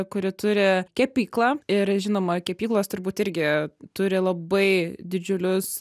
kuri turi kepyklą ir žinoma kepyklos turbūt irgi turi labai didžiulius